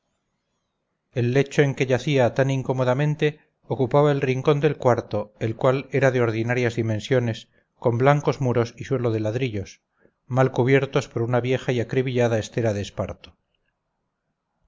el lecho en que yacía tan incómodamente ocupaba el rincón del cuarto el cual era de ordinarias dimensiones con blancos muros y suelo de ladrillos mal cubiertos por una vieja y acribillada estera de esparto